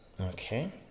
Okay